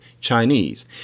Chinese